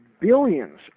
billions